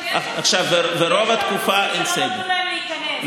רוב התקופה לא נתנו להם להיכנס.